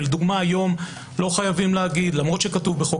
למשל היום לא חייבים לומר למרות שכתוב בחוק